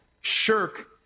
shirk